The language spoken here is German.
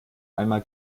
einmal